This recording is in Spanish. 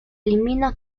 elimina